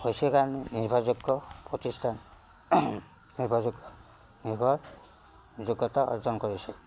হৈছে কাৰণে নিৰ্ভৰযোগ্য প্ৰতিষ্ঠান নিৰ্ভৰযোগ্য নিৰ্ভৰযোগ্যতা অৰ্জন কৰিছে